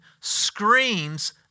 screams